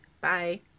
Bye